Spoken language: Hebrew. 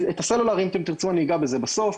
הסלולר, אם תרצו, אני אגע בזה בסוף.